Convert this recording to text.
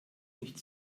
nicht